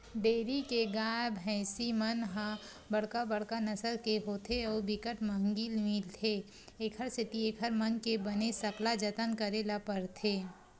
dairy के गाय, भइसी मन ह बड़का बड़का नसल के होथे अउ बिकट महंगी मिलथे, एखर सेती एकर मन के बने सकला जतन करे ल परथे